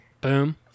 Boom